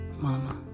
mama